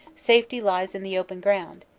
safety lies in the open ground,